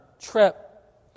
trip